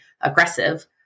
aggressive